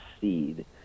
seed